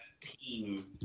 team –